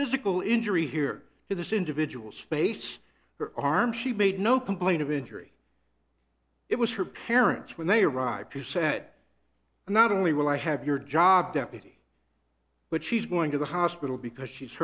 physical injury here to this individual space her arm she made no complaint of injury it was her parents when they arrived she sat and not only will i have your job deputy but she's going to the hospital because she's